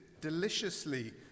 deliciously